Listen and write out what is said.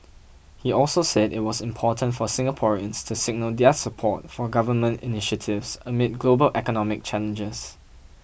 he also said it was important for Singaporeans to signal their support for government initiatives amid global economic challenges